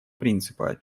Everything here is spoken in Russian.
принципа